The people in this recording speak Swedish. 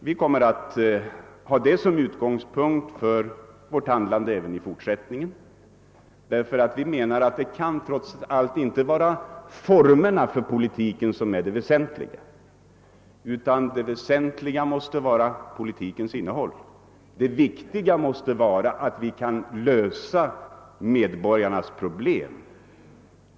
Vi kommer att ta detta som utgångspunkt för vårt handlande även i fortsättningen, ty vi menar att formerna för politiken trots allt inte kan vara det väsentliga utan politikens innehåll. Det viktiga måste vara att lösa medborgarnas problem.